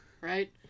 Right